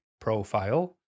profile